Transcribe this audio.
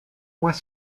mois